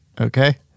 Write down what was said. okay